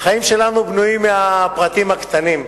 החיים שלנו בנויים מהפרטים הקטנים,